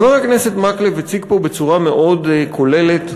חבר הכנסת מקלב הציג פה בצורה מאוד כוללת,